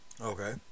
Okay